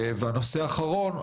הנושא האחרון: